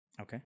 Okay